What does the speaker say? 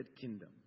Kingdom